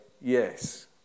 yes